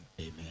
Amen